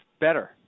better